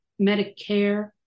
Medicare